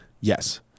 Yes